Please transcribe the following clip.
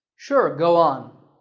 sure, go on.